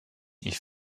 ich